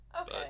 Okay